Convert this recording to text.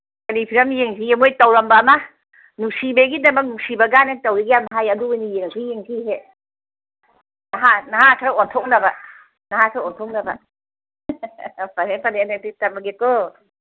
ꯀꯔꯤ ꯐꯤꯂꯝ ꯌꯦꯡꯁꯤꯒꯦ ꯃꯣꯏ ꯇꯧꯔꯝꯕ ꯑꯃ ꯅꯨꯡꯁꯤꯕꯒꯤꯗꯃꯛ ꯅꯨꯡꯁꯤꯕ ꯀꯥꯏꯅ ꯇꯧꯔꯤ ꯌꯥꯝ ꯍꯥꯏ ꯑꯗꯨ ꯑꯣꯏꯅ ꯌꯦꯡꯉꯁꯨ ꯌꯦꯡꯁꯤ ꯍꯦꯛ ꯅꯍꯥ ꯈꯔ ꯑꯣꯟꯊꯣꯛꯅꯕ ꯅꯍꯥ ꯈꯔ ꯑꯣꯟꯊꯣꯛꯅꯕ ꯐꯔꯦ ꯐꯔꯦꯅꯦ ꯑꯗꯨꯗꯤ ꯊꯝꯃꯒꯦꯀꯣ